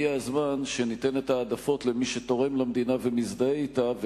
הגיע הזמן שניתן את ההעדפות למי שתורם למדינה ומזדהה אתה,